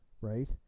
right